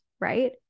right